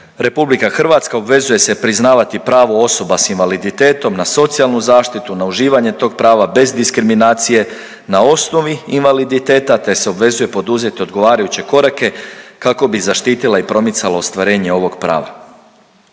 već bude, RH obvezuje se priznavati pravo osoba s invaliditetom na socijalnu zaštitu, na uživanje tog prava bez diskriminacije na osnovi invaliditeta te se obvezuje poduzeti odgovarajuće korake kako bi zaštitila i promicala ostvarenje ovog prava.